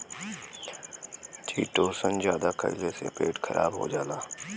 chitosan जादा खइले से पेट खराब हो जाला